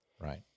Right